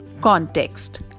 context